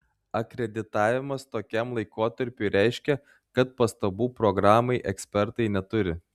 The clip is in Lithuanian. akreditavimas tokiam laikotarpiui reiškia kad pastabų programai ekspertai neturi